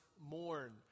mourn